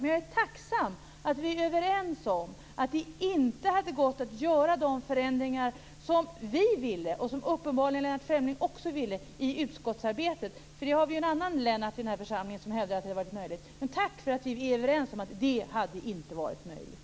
Men jag är tacksam för att vi är överens om att det inte hade gått att i utskottsarbetet göra de förändringar som vi - och uppenbarligen också Lennart Fremling - ville ha. Vi har ju en annan Lennart i den här församlingen som hävdar att det hade varit möjligt. Tack för att vi är överens om att det inte hade varit möjligt!